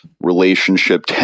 relationship